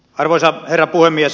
arvoisa herra puhemies